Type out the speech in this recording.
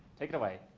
take it away.